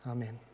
Amen